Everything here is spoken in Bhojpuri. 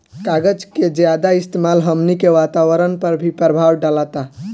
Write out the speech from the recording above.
कागज के ज्यादा इस्तेमाल हमनी के वातावरण पर भी प्रभाव डालता